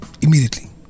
Immediately